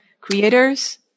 creators